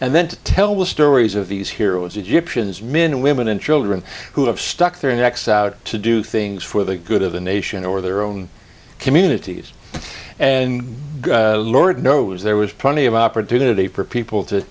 and then to tell the stories of these heroes egyptians men women and children who have stuck their necks out to do things for the good of the nation or their own communities and lord knows there was plenty of opportunity for people to